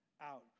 out